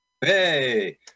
Hey